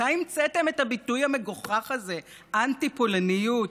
מתי המצאתם את הביטוי המגוחך הזה, "אנטי-פולניות"?